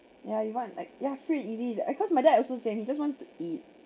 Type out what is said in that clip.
ya you want like ya free and easy because my dad also same he just wants to eat